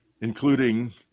including